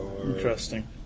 interesting